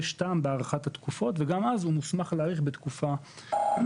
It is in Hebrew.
יש טעם בהארכת התקופות וגם אז הוא מוסמך להאריך בתקופה של